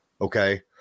okay